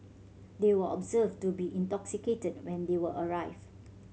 they were observed to be intoxicated when they were arrived